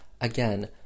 again